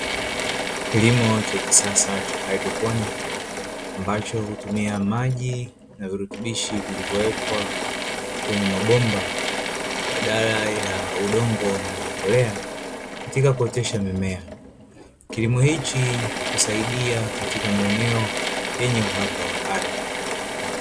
Kilimo cha kisasa cha haidroponi, ambacho hutumia maji na virutubishi vilivyowekwa kwenye mabomba, badala ya udongo na mbolea katika kuotesha mimea. Kilimo hichi husaidia katika maeneo yenye uhaba wa ardhi.